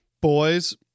Boys